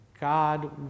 God